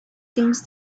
things